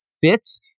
fits